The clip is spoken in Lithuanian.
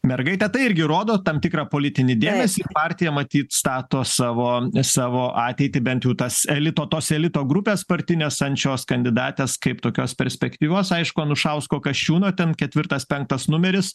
mergaitę tai irgi rodo tam tikrą politinį dėmesį partija matyt stato savo savo ateitį bent jau tas elito tos elito grupės partinės ant šios kandidatės kaip tokios perspektyvos aišku anušausko kasčiūno ten ketvirtas penktas numeris